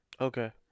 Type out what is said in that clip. okay